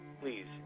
please